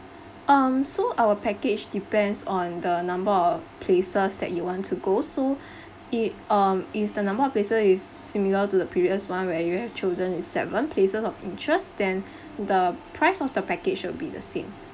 um so our package depends on the number of places that you want to go so it um if the number of places is similar to the previous one where you have chosen is seven places of interest than the price of the package will be the same